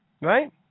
right